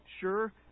Sure